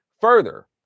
Further